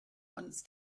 once